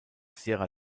sierra